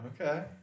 Okay